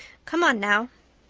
come on now.